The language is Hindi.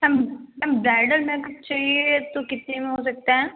सम मैम ब्राइडल मेकअप चाहिए तो कितने में हो सकता है